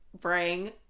bring